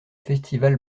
festival